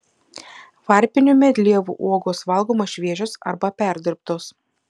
varpinių medlievų uogos valgomos šviežios arba perdirbtos